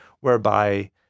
whereby